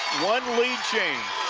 one lead change.